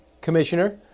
Commissioner